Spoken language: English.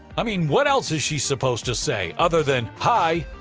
i mean what else is she supposed to say other than hi?